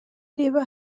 reba